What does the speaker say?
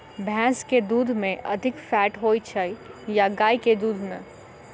भैंस केँ दुध मे अधिक फैट होइ छैय या गाय केँ दुध में?